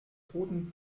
toten